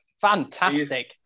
Fantastic